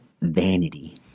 vanity